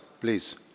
please